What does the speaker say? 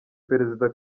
perezida